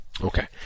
Okay